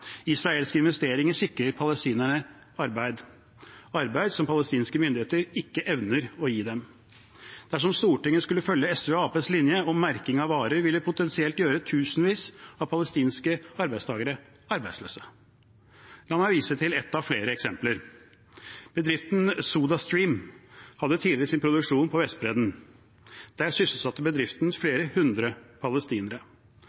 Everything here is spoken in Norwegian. Israelske investeringer sikrer palestinerne arbeid – arbeid som palestinske myndigheter ikke evner å gi dem. Dersom Stortinget skulle følge SV og Arbeiderpartiets linje om merking av varer, ville det potensielt gjøre tusenvis av palestinske arbeidstakere arbeidsløse. La meg vise til ett av flere eksempler: Bedriften SodaStream hadde tidligere sin produksjon på Vestbredden. Der sysselsatte bedriften